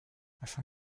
afin